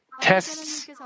tests